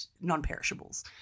non-perishables